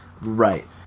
Right